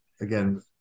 again